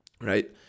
right